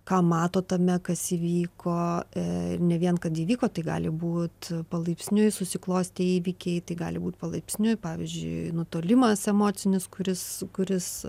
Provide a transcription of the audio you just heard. ką mato tame kas įvyko ir ne vien kad įvyko tai gali būt palaipsniui susiklostė įvykiai gali būt palaipsniui pavyzdžiui nutolimas emocinis kuris kuris